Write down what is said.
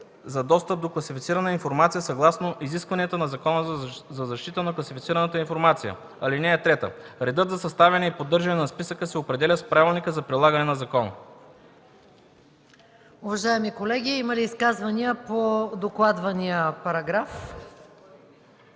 за достъп до класифицирана информация съгласно изискванията на Закона за защита на класифицираната информация. (3) Редът за съставяне и поддържане на списъка се определя с правилника за прилагане на закона.”